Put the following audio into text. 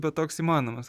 bet toks įmanomas